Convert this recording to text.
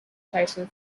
title